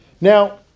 Now